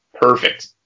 perfect